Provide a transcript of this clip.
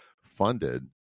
funded